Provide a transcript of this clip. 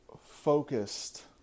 focused